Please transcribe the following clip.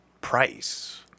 price